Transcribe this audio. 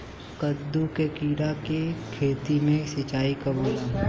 कदु और किरा के खेती में सिंचाई कब होला?